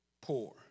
poor